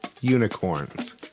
unicorns